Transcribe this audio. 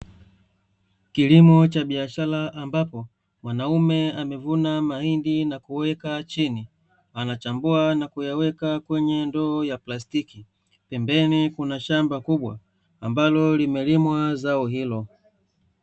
Kilimo cha biashara ambapo, mwanaume amevuna mahindi na kuweka chini. Anachambua na kuyaweka kwenye ndoo ya plastiki, pembeni kuna shamba kubwa ambalo limelimwa zao hilo.